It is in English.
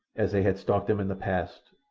as they had stalked him in the past,